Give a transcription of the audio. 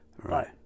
right